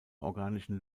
organischen